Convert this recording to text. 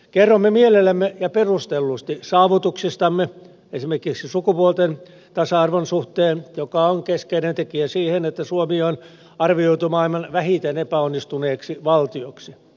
kerromme mielellämme ja perustellusti saavutuksistamme esimerkiksi sukupuolten tasa arvon suhteen joka on keskeinen tekijä siinä että suomi on arvioitu maailman vähiten epäonnistuneeksi valtioksi